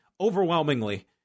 overwhelmingly